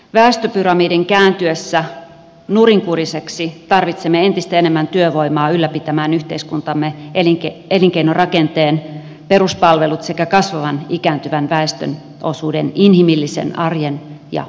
väestöpyramidin kääntyessä nurinkuriseksi tarvitsemme entistä enemmän työvoimaa ylläpitämään yhteiskuntamme elinkeinorakenteen peruspalvelut sekä kasvavan ikääntyvän väestönosuuden inhimillisen arjen ja olemisen